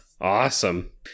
Awesome